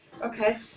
Okay